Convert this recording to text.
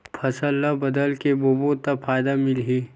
फसल ल बदल के बोबो त फ़ायदा मिलही?